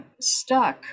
stuck